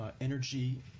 energy